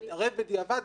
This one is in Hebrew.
להתערב בדיעבד,